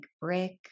brick